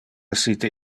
essite